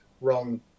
wrong